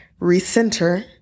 recenter